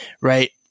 right